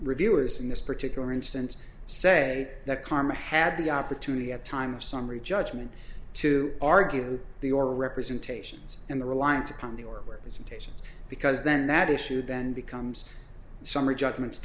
reviewers in this particular instance say that karma had the opportunity at time of summary judgment to argue the or representations in the reliance upon the or were visitations because then that issue then becomes summary judgment